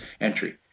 entry